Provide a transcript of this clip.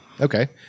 okay